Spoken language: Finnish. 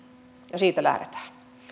ja siitä lähdetään